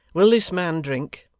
will this man drink